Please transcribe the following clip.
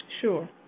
Sure